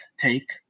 Take